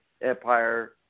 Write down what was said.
Empire